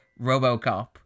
RoboCop